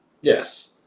Yes